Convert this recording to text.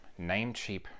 Namecheap